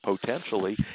potentially